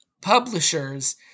publishers